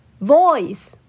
Voice